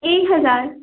एक हज़ार